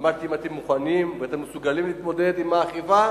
אמרתי: אתם מוכנים ואתם מסוגלים להתמודד עם האכיפה?